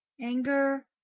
anger